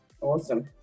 Awesome